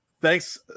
Thanks